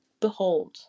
Behold